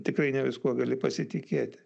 tikrai ne viskuo gali pasitikėti